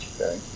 Okay